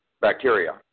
bacteria